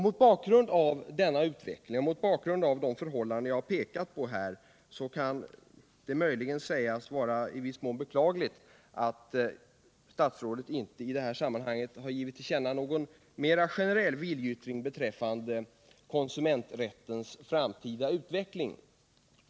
Mot bakgrund av denna utveckling och mot bakgrund av de förhållanden som jag har pekat på här kan det möjligen sägas vara i viss mån beklagligt att statsrådet inte i detta sammanhang har givit till känna någon mera generell viljeyttring beträffande konsumenträttens framtida utveckling.